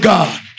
God